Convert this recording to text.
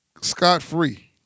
scot-free